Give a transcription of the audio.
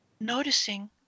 noticing